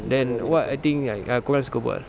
then what are the things like uh kau guys kau buat